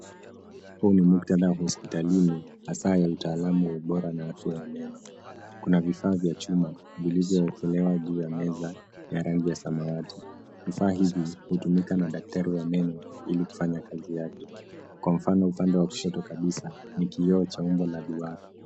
Hii ni sehemu ya kliniki au hospitali, inayotoa huduma za afya ya meno. Kuna vifaa vya matibabu vilivyowekwa juu ya meza, vyenye rangi za kuvutia. Vifaa hivi vinatumika na daktari wa meno ili kufanya kazi yake. Vifaa vina umbo lililopangwa vizuri na vimehifadhiwa kwa usafi na utaratibu.